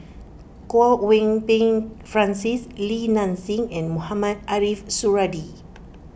Kwok Peng Kin Francis Li Nanxing and Mohamed Ariff Suradi